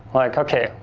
like okay,